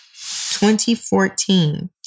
2014